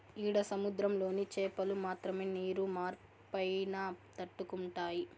ఈడ సముద్రంలోని చాపలు మాత్రమే నీరు మార్పైనా తట్టుకుంటాయి